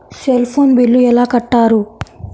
Cell phone bill ఎలా కట్టారు?